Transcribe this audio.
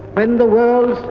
when the world